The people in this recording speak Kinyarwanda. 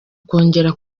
kongera